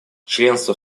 членство